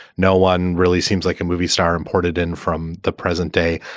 no one really seems like a movie star imported in from the present day.